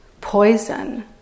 poison